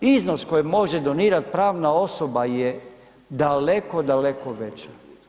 Iznos koji može donirati pravna osoba je daleko, daleko veća.